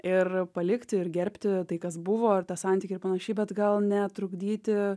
ir palikti ir gerbti tai kas buvo ir tą santykį ir panašiai bet gal netrukdyti